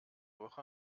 woche